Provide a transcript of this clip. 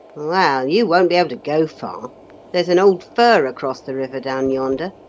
well, you won't be able to go far there's an old fir across the river down yonder,